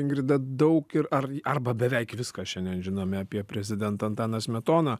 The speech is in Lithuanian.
ingrida daug ir ar arba beveik viską šiandien žinome apie prezidentą antaną smetoną